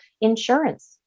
insurance